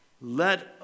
let